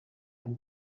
amb